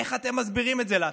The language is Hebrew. איך אתם מסבירים את זה לעצמכם?